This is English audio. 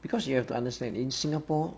because you have to understand in singapore